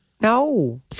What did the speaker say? No